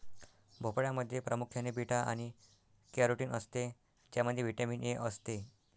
भोपळ्यामध्ये प्रामुख्याने बीटा आणि कॅरोटीन असते ज्यामध्ये व्हिटॅमिन ए असते